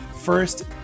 first